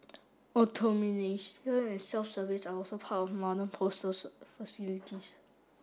and self service are also part of modern postal facilities